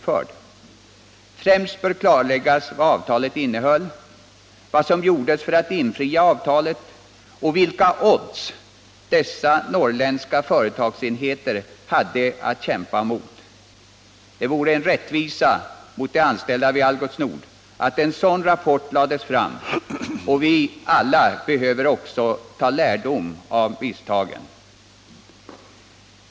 Det bör främst klarläggas vad avtalet innehöll, vad som gjordes för att infria avtalet och vilka odds dessa norrländska företagsenheter hade att kämpa mot. Det vore rättvist mot de anställda vid Algots Nord, om en sådan rapport lades fram. Alla behöver vi också ta lärdom av misstagen.